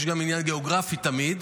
יש גם עניין גיאוגרפי תמיד,